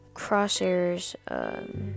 Crosshair's